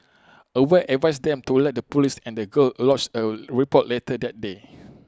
aware advised them to alert the Police and the girl lodged A report later that day